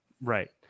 Right